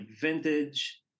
vintage